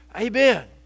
Amen